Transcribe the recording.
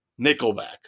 nickelback